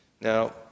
Now